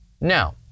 Now